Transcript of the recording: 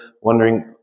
wondering